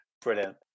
Brilliant